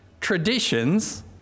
traditions